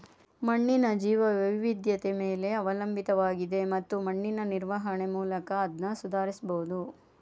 ಮಣ್ಣಿನ ಜೀವವೈವಿಧ್ಯತೆ ಮೇಲೆ ಅವಲಂಬಿತವಾಗಿದೆ ಮತ್ತು ಮಣ್ಣಿನ ನಿರ್ವಹಣೆ ಮೂಲಕ ಅದ್ನ ಸುಧಾರಿಸ್ಬಹುದು